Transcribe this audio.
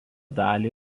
dalį